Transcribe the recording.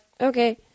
Okay